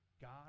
God